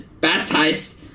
baptized